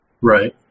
Right